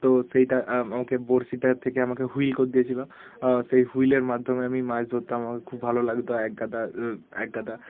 তো সেইটা আমাকে বঁড়শিটা থেকে আমাকে হুইল করিয়েছিলো সেই হুইলের মাধ্যমে আমি মাছ ধরতাম আমার খুব ভালো লাগতো একগাদা একগাদা